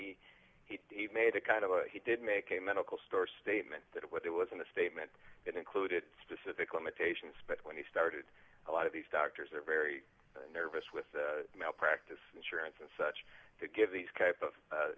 and he made a kind of he did make a medical store statement that it wasn't a statement it included specific limitations but when he started a lot of these doctors are very nervous with malpractise insurance and such to give these type of